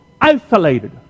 isolated